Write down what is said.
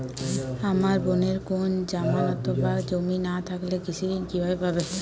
আমার বোনের কোন জামানত বা জমি না থাকলে কৃষি ঋণ কিভাবে পাবে?